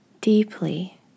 deeply